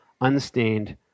unstained